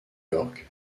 york